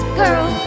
girl